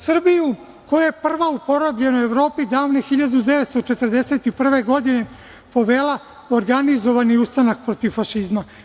Srbiju koja je prva u porobljenoj Evropi davne 1941. godine povela organizovani ustanak protiv fašizma.